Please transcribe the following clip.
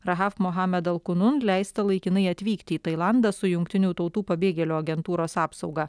rahaf mohamet alkunun leista laikinai atvykti į tailandą su jungtinių tautų pabėgėlių agentūros apsauga